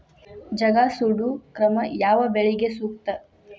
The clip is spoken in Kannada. ಜಗಾ ಸುಡು ಕ್ರಮ ಯಾವ ಬೆಳಿಗೆ ಸೂಕ್ತ?